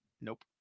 Nope